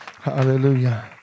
Hallelujah